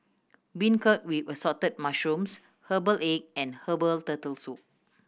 beancurd with Assorted Mushrooms herbal egg and herbal Turtle Soup